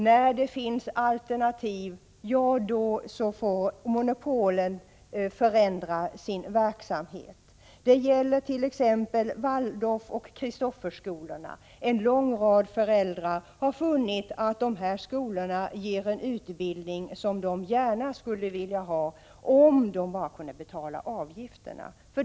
När det finns alternativ får monopolen förändra sin verksamhet. Det gäller Waldorfskolorna, t.ex. Kristofferskolan. En lång rad föräldrar har funnit att dessa skolor ger en utbildning som de gärna vill att deras barn skall få, om de bara kunde betala avgiften.